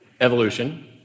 evolution